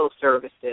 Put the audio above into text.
Services